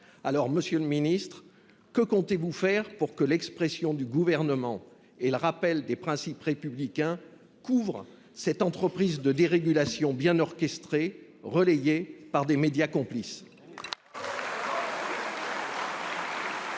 Monsieur le ministre, que comptez vous faire pour que l’expression du Gouvernement et le rappel des principes républicains couvrent cette entreprise de dérégulation bien orchestrée, relayée par des médias complices ?